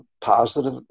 positive